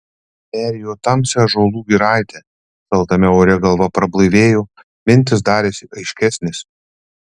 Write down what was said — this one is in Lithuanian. perėjo tamsią ąžuolų giraitę šaltame ore galva prablaivėjo mintys darėsi aiškesnės